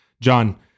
John